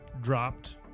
dropped